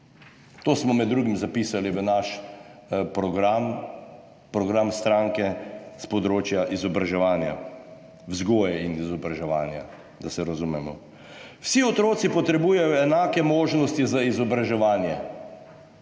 To smo med drugim zapisali v naš program, program stranke s področja vzgoje in izobraževanja. Vsi otroci potrebujejo enake možnosti za izobraževanje.